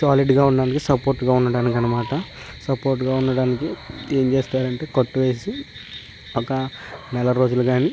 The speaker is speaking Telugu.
సాలిడ్గా ఉండటానికి సపోర్ట్గా ఉండటానికి అన్నమాట సపోర్ట్గా ఉండడానికి ఏం చేస్తారు అంటే కట్టు వేసి ఒకా నెల రోజులు కానీ